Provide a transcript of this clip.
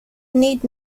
need